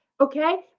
okay